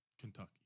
Kentucky